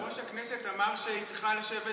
אבל יושב-ראש הכנסת אמר שהיא צריכה לשבת